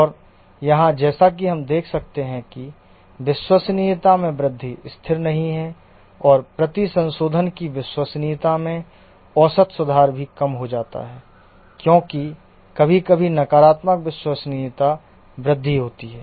और यहां जैसा कि हम देख सकते हैं कि विश्वसनीयता में वृद्धि स्थिर नहीं है और प्रति संशोधन की विश्वसनीयता में औसत सुधार भी कम हो जाता है क्योंकि कभी कभी नकारात्मक विश्वसनीयता वृद्धि होती है